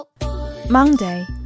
Monday